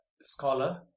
scholar